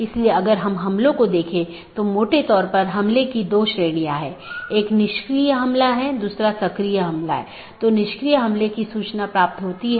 इसलिए जब कोई असामान्य स्थिति होती है तो इसके लिए सूचना की आवश्यकता होती है